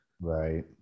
right